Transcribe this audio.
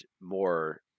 more